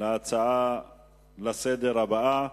להצעה הבאה לסדר-היום,